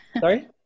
Sorry